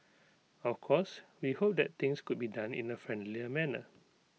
of course we hope that things could be done in A friendlier manner